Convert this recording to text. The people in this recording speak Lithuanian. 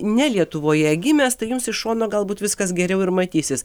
ne lietuvoje gimęs tai jums iš šono galbūt viskas geriau ir matysis